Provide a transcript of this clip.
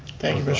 thank you.